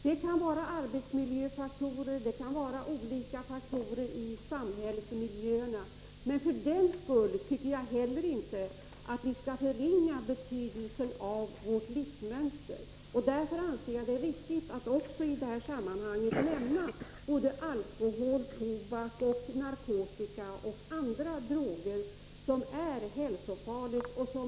Det kan vara arbetsmiljöfaktorer och andra faktorer i samhällsmiljöerna som orsakar dessa sjukdomar, men för den skull skall vi inte förringa betydelsen av vårt livsmönster. Därför anser jag det vara riktigt att i detta sammanhang också nämna alkohol, tobak, narkotika och andra droger som är hälsofarliga.